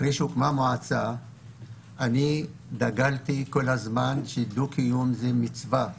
אחרי שהוקמה המועצה גרסתי תמיד שדו-קיום זו מצווה.